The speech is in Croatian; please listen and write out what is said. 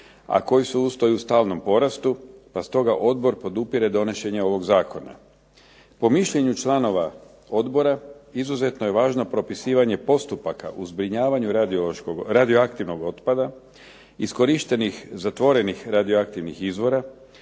a koji su uz to i u stalnom porastu pa stoga odbor podupire donošenje ovoga zakona. Po mišljenju članova odbora izuzetno je važno propisivanje postupaka u zbrinjavanju radioaktivnog otpada, iskorištenih zatvorenih radioaktivnih izvora,